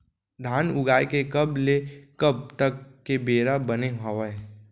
धान उगाए के कब ले कब तक के बेरा बने हावय?